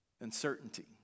Uncertainty